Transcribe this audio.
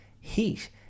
heat